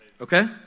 Okay